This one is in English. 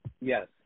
Yes